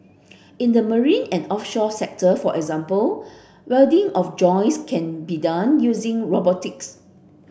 in the marine and offshore sector for example welding of joints can did done using robotics